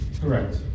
Correct